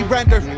Render